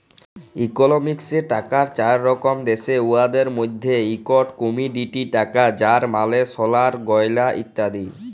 ইকলমিক্সে টাকার চার রকম দ্যাশে, উয়াদের মইধ্যে ইকট কমডিটি টাকা যার মালে সলার গয়লা ইত্যাদি